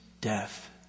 death